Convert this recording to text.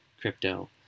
crypto